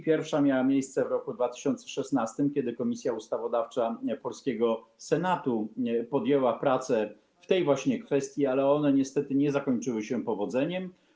Pierwsza miała miejsce w roku 2016, kiedy Komisja Ustawodawcza polskiego Senatu podjęła prace w tej właśnie kwestii, ale one niestety nie zakończyły się powodzeniem.